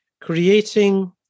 creating